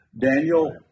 Daniel